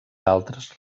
altres